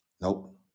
Nope